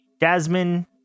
Jasmine